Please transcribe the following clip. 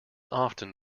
often